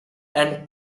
and